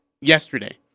yesterday